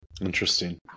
Interesting